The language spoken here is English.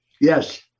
Yes